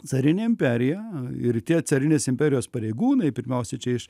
carinė imperija ir tie carinės imperijos pareigūnai pirmiausia čia iš